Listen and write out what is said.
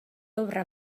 obra